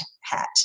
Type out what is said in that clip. hat